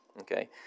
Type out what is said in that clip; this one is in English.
Okay